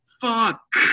Fuck